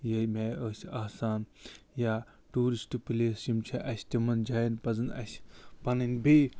ییٚمہِ آیہِ ٲسۍ آسان یا ٹوٗرِسٹ پٕلیس یِم چھِ اَسہِ تِمَن جایَن پَزَن اَسہِ پَنٕنۍ بیٚیہِ